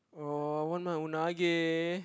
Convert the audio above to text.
oh I want a Unagi